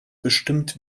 bestimmt